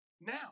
now